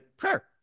sure